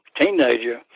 teenager